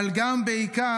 אבל גם, בעיקר,